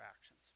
actions